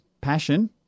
passion